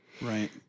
Right